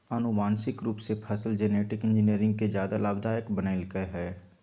आनुवांशिक रूप से फसल जेनेटिक इंजीनियरिंग के ज्यादा लाभदायक बनैयलकय हें